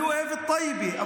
אני אוהב את טייבה,